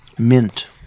Mint